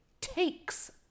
takes